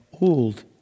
old